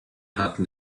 hatten